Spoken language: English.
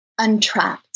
Untrapped